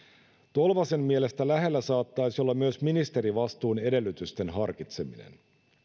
tolvasen mielestä lähellä saattaisi olla myös ministerivastuun edellytysten harkitseminen